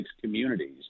communities